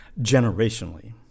generationally